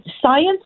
science